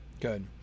good